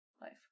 life